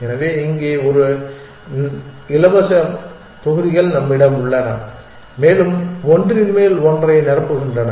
எனவே இங்கே நம்மிடம் இலவச தொகுதிகள் உள்ளன மேலும் ஒன்றின் மேல் ஒன்றை நிரப்புகின்றன